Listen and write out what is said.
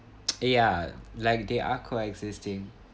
ya like they are coexisting